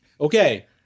Okay